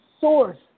source